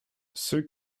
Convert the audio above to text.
ceux